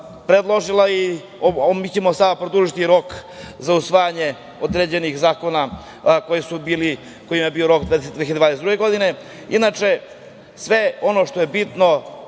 predložila. Mi ćemo sada produžiti rok za usvajanje određenih zakona kojima je bio rok 2022.godine. Inače, sve ono što je bitno,